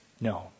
No